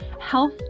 health